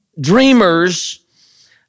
dreamers